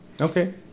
okay